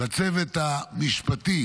לצוות המשפטי